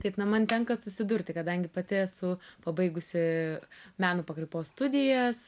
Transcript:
taip na man tenka susidurti kadangi pati esu pabaigusi meno pakraipos studijas